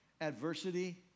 adversity